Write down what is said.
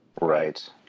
Right